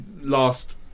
last